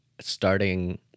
starting